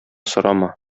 сорама